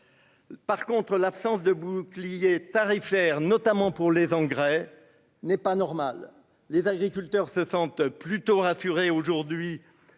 Par contre l'absence de bouclier tarifaire, notamment pour les engrais n'est pas normal, les agriculteurs se sentent plutôt rassuré aujourd'hui